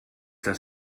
das